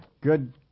Good